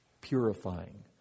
purifying